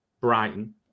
Brighton